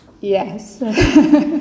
Yes